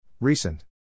Recent